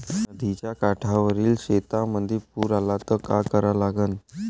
नदीच्या काठावरील शेतीमंदी पूर आला त का करा लागन?